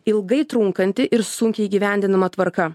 ilgai trunkanti ir sunkiai įgyvendinama tvarka